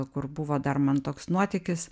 kur buvo dar man toks nuotykis